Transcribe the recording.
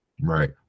Right